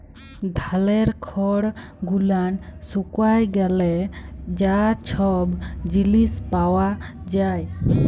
ধালের খড় গুলান শুকায় গ্যালে যা ছব জিলিস পাওয়া যায়